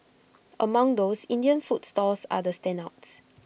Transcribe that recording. among those Indian food stalls are the standouts